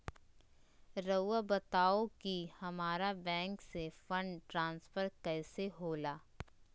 राउआ बताओ कि हामारा बैंक से फंड ट्रांसफर कैसे होला?